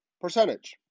percentage